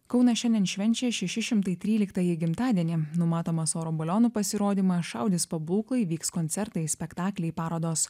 kaunas šiandien švenčia šeši šimtai tryliktąjį gimtadienį numatomas oro balionų pasirodymas šaudys pabūklai vyks koncertai spektakliai parodos